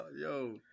Yo